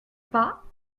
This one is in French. pas